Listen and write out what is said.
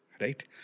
right